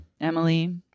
Emily